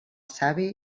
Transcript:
savi